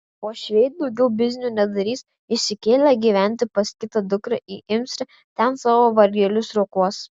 uošviai daugiau biznių nedarys išsikėlė gyventi pas kitą dukrą į imsrę ten savo vargelius rokuos